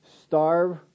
starve